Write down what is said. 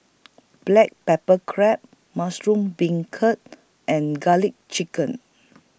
Black Pepper Crab Mushroom Beancurd and Garlic Chicken